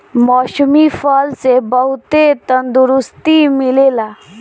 मौसमी फल से बहुते तंदुरुस्ती मिलेला